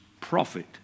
profit